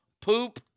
Poop